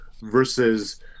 versus